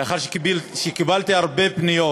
לאחר שקיבלתי הרבה פניות